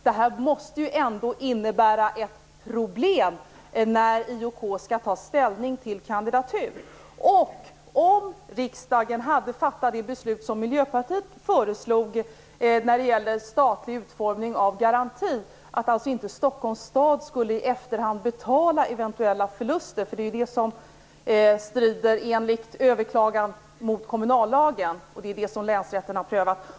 Det här måste ändå innebära ett problem när IOK skall ta ställning till kandidaturen. Miljöpartiets förslag när det gällde utformning av den statliga garantin gick ut på att Stockholms stad inte i efterhand skulle betala eventuella förluster. Det är just det som enligt överklagan strider mot kommunallagen och som länsrätten har prövat.